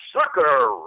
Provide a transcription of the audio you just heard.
Sucker